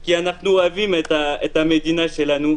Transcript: כי אנחנו אוהבים את המדינה שלנו,